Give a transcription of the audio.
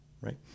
right